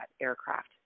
aircraft